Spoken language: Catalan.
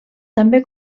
també